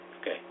Okay